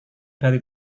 dari